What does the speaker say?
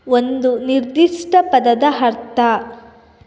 ಒಂದು ನಿರ್ದಿಷ್ಟ ಪದದ ಅರ್ಥ